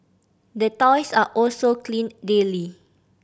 the toys are also cleaned daily